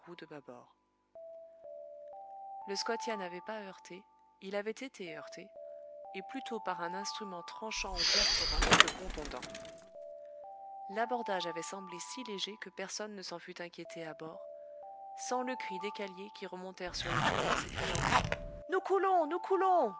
bâbord le scotia n'avait pas heurté il avait été heurté et plutôt par un instrument tranchant ou perforant que contondant l'abordage avait semblé si léger que personne ne s'en fût inquiété à bord sans le cri des caliers qui remontèrent sur le pont en s'écriant nous coulons nous coulons